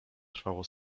trwało